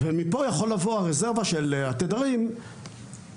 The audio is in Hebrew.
ומפה יכול לבוא הרזרבה של התדרים שמבחינתי,